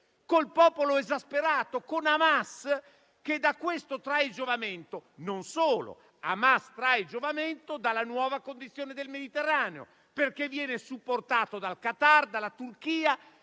il popolo esasperato, con Hamas che da questo trae giovamento, come trae giovamento dalla nuova condizione del Mediterraneo, perché viene supportato dal Qatar, dalla Turchia,